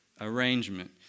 arrangement